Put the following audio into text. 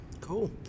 cool